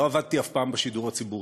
לא עבדתי אף פעם בשידור הציבורי,